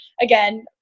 again